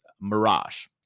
Mirage